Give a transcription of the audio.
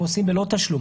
הם עושים בלא תשלום,